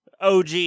OG—